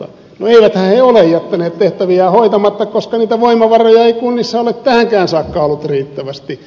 no eiväthän he ole jättäneet tehtäviään hoitamatta koska niitä voimavaroja ei kunnissa ole tähänkään saakka ollut riittävästi